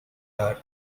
learn